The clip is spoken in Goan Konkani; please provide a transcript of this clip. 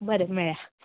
बरें मेळ्यां